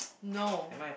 no